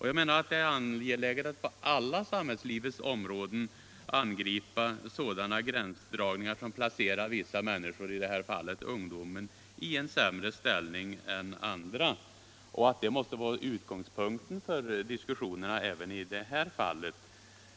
Jag tror att det är angeläget att vi på alla samhällslivets områden undanröjer gränsdragningar som placerar vissa människor, i det här fallet ungdomen, i en sämre ställning än andra. Det måste vara utgångspunkten för diskussionerna även i det här fallet.